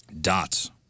Dots